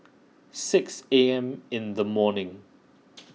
six A M in the morning